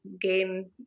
gain